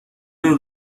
اون